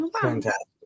Fantastic